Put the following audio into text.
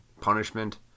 punishment